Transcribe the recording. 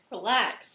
Relax